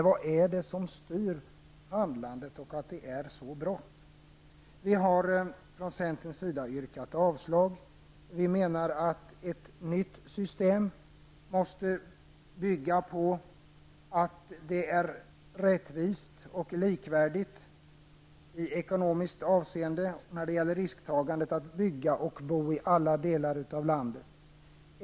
Vad är det som styr handlandet och att det är så bråttom? Vi har från centerns sida yrkat avslag. Vi menar att ett nytt system måste bygga på att risktagandet i ekonomiskt avseende att bygga och bo i alla delar av landet måste vara rättvist och likvärdigt.